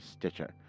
Stitcher